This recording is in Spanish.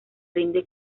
rinde